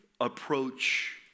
approach